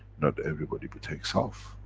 not everybody be takes off,